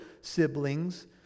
siblings